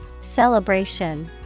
Celebration